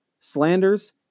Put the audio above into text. Slanders